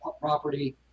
property